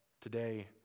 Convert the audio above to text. Today